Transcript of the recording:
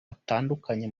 hatandukanye